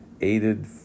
aided